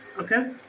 okay